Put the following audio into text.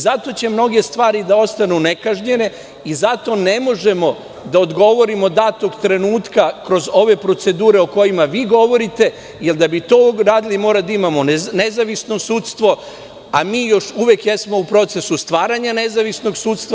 Zato će mnoge stvari da ostanu nekažnjene i zato ne možemo da odgovorimo datog trenutka kroz ove procedure o kojima vi govorite, jer da bi to uradili, moramo da imamo nezavisno sudstvo, a mi još uvek jesmo u procesu stvaranja nezavisnog sudstva.